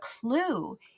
clue